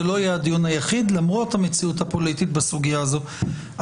זה לא יהיה הדיון היחיד למרות המציאות הפוליטית בסוגיה הזאת.